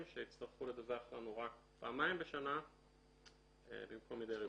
שיצטרכו לדווח לנו רק פעמיים בשנה במקום מדי רבעון.